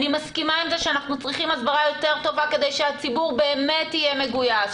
אני מסכימה שאנחנו צריכים הסברה טובה יותר כדי שהציבור באמת יהיה מגויס,